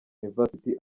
university